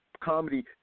comedy